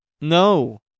No